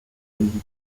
visite